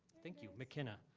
thank you, mckinna,